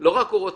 הוא לא רק רוצח,